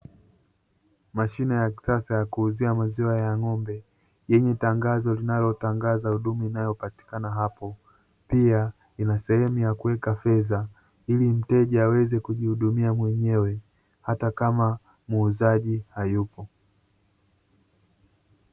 Mashine ya kisasa ya kuuzia maziwa ya ng'ombe yenye tangazo linalotangaza huduma inayotolewa hapo, pia ina sehemu ya kuweka fedha ili mteja aweze kujihudumia mwenyewe hata kama muuzaji hayupo.